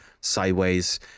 sideways